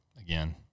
again